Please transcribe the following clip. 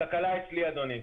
התקלה אצלי, אדוני.